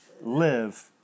live